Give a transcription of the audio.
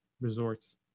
resorts